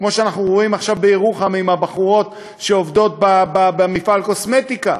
כמו שאנחנו רואים עכשיו בירוחם עם הבחורות שעובדות במפעל קוסמטיקה,